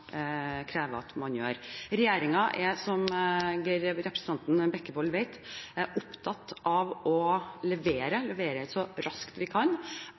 krever at man gjør. Regjeringen er – som representanten Bekkevold vet – opptatt av å levere så raskt den kan.